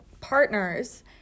partners